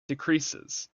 decreases